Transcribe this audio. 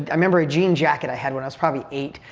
i remember a jean jacket i had when i was probably eight.